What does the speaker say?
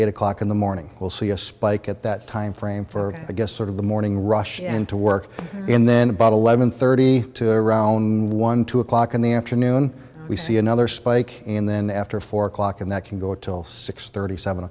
eight o'clock in the morning will see a spike at that time frame for i guess sort of the morning rush and to work in then but eleven thirty to around one two o'clock in the afternoon we see another spike and then after four o'clock and that can go till six thirty seven